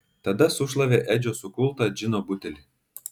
tada sušlavė edžio sukultą džino butelį